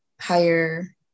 higher